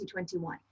2021